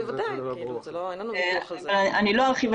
אני לא ארחיב.